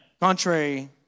Contrary